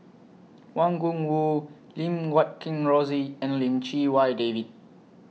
Wang Gungwu Lim Guat Kheng Rosie and Lim Chee Wai David